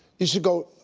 you should go,